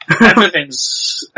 Everything's